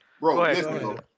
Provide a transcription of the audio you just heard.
bro